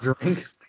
drink